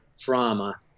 trauma